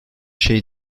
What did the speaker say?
şey